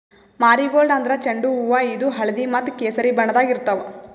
marigold ಅಂದ್ರ ಚೆಂಡು ಹೂವಾ ಇದು ಹಳ್ದಿ ಮತ್ತ್ ಕೆಸರಿ ಬಣ್ಣದಾಗ್ ಇರ್ತವ್